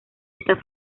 esta